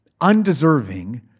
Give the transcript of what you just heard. undeserving